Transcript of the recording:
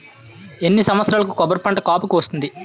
ఎన్ని సంవత్సరాలకు కొబ్బరి పంట కాపుకి వస్తుంది?